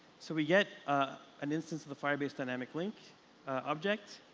so we get ah an instance of the firebase dynamic link object.